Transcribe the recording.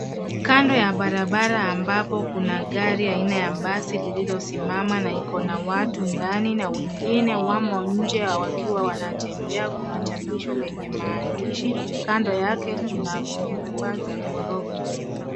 Kando ya barabara ambapo kuna gari aina ya basi lililosimama na iko na watu ndani na wengine wamo nje wakiwa wanatembea . Kuna chapisho lenye maandishi kando yake kuna nyumba za ghorofa.